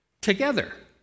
together